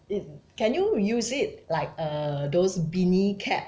it can you use it like err those beanie cap